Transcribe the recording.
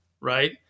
right